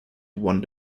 one